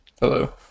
Hello